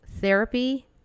therapy